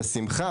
בשמחה.